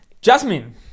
Jasmine